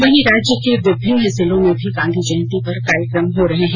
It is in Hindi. वहीं राज्य के विभिन्न जिलों में भी गांधी जयंती पर कार्यक्रम हो रहे हैं